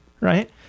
Right